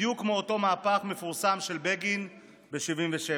בדיוק כמו אותו מהפך מפורסם של בגין ב-77'.